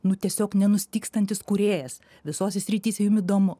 nu tiesiog nenustygstantis kūrėjas visose srityse jum įdomu